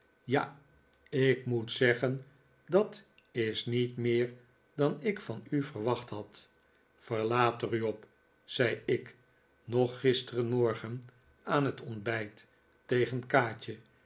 ja ik moet zeggen dat is niet meer dan ik van u verwacht had verlaat er u op zei ik nog gisterenmoigen aan het ontbijt tegen kaatje